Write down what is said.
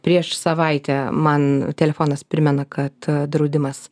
prieš savaitę man telefonas primena kad draudimas